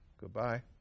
goodbye